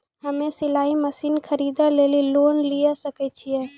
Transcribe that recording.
हम्मे सिलाई मसीन खरीदे लेली लोन लिये सकय छियै?